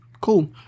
Cool